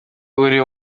uri